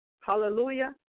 hallelujah